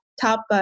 top